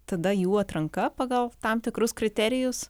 tada jų atranka pagal tam tikrus kriterijus